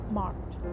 marked